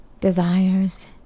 desires